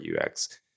UX